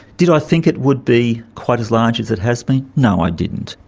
did i think it would be quite as large as it has been? no, i didn't.